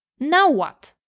now what?